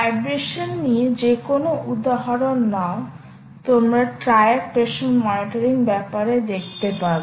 vibration নিয়ে যে কোনও উদাহরণ নাও তোমরা টায়ার প্রেসার মনিটরিং ব্যাপারে দেখতে পাবে